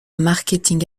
marketing